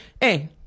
hey